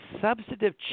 substantive